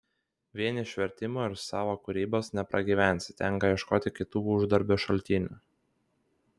vien iš vertimų ir savo kūrybos nepragyvensi tenka ieškoti kitų uždarbio šaltinių